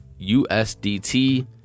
USDT